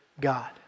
God